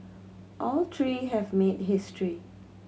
all three have made history